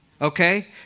okay